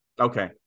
Okay